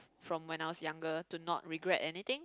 from when I was younger to not regret anything